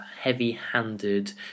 heavy-handed